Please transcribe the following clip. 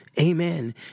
Amen